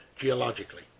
geologically